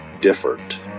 different